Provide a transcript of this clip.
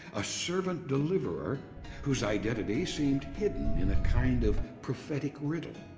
a servant deliverer whose identity seemed hidden in a kind of prophetic riddle.